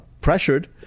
pressured